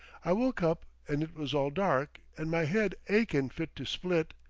i woke up and it was all dark and my head achin' fit to split.